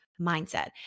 mindset